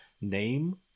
name